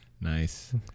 Nice